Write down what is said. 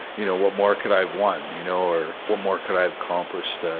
you know, what more could i have won, you know or what more could i have accomplished, ah